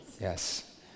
Yes